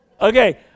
okay